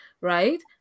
right